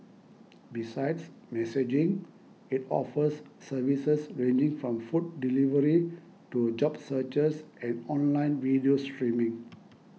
besides messaging it offers services ranging from food delivery to job searches and online video streaming